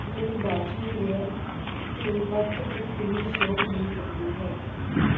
ਮੈਨੂੰ bathroom ware 'ਤੇ ਵੱਧ ਤੋਂ ਵੱਧ ਕਿੰਨੀ ਛੋਟ ਮਿਲ ਸਕਦੀ ਹੈ